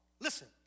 Listen